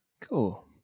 Cool